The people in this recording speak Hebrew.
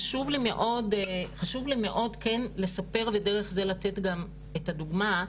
חשוב לי מאוד כן לספר ודרך זה לתת גם את הדוגמא.